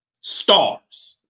Stars